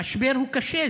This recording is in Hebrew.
המשבר קשה.